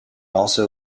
also